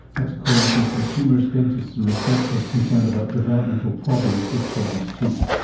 that's a coalition of consumers, dentists and researchers concerned about developmental problems with children's teeth.